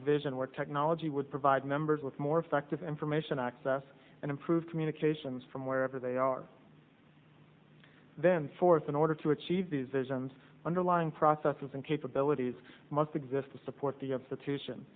a vision where technology would provide members with more effective information access and improved communications from wherever they are then forth in order to achieve these visions underlying processes and capabilities must exist to support the